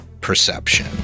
perception